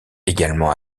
également